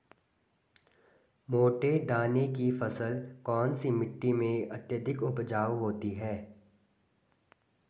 मोटे दाने की फसल कौन सी मिट्टी में अत्यधिक उपजाऊ होती है?